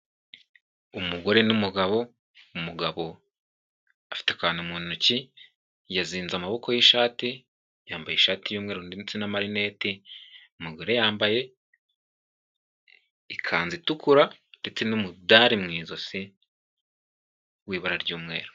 Umugore n'umugabo, umugabo afite akantu mu ntoki, yazinze amaboko y'ishati, yambaye ishati y'umweru ndetse n'amarinete, umugore yambaye ikanzu itukura, ndetse n'umudari mu ijosi, w'ibara ry'umweru.